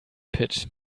pit